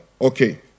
Okay